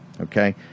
okay